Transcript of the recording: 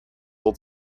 old